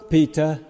Peter